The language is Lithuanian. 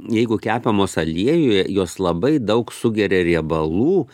jeigu kepamos aliejuje jos labai daug sugeria riebalų